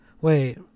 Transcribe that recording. wait